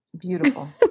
Beautiful